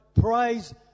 praise